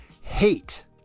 hate